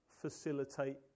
facilitate